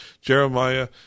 Jeremiah